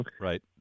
Right